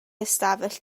ystafell